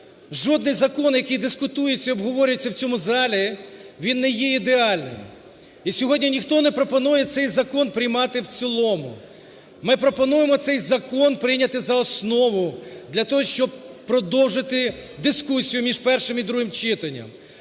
жодний закон, який дискутується і обговорюється в цьому залі, він не є ідеальним. І сьогодні ніхто не пропонує цей закон приймати в цілому. Ми пропонуємо цей закон прийняти за основу для того, щоб продовжити дискусію між першим і другим читанням.